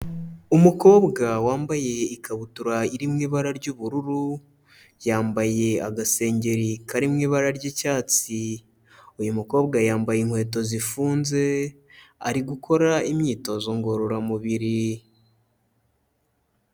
Umukobwa wambaye ikabutura iri mu ibara ry'ubururu, yambaye agasengeri kari mu ibara ry'icyatsi, uyu mukobwa yambaye inkweto zifunze, ari gukora imyitozo ngororamubiri.